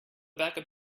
backup